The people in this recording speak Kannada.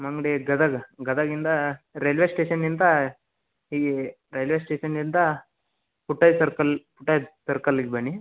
ನಮ್ಮ ಅಂಗಡಿ ಗದಗ ಗದಗಿಂದ ರೈಲ್ವೆ ಸ್ಟೇಷನಿಂದ ಈ ರೈಲ್ವೆ ಸ್ಟೇಷನಿಂದ ಪುಟ್ಟಯ್ಯ ಸರ್ಕಲ್ ಪುಟ್ಟಯ್ಯ ಸರ್ಕಲ್ಗೆ ಬನ್ನಿ